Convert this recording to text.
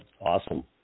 Awesome